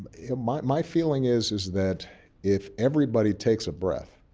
my feeling is is that if everybody takes a breath,